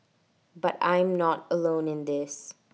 but I'm not alone in this